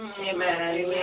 Amen